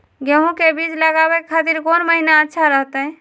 गेहूं के बीज लगावे के खातिर कौन महीना अच्छा रहतय?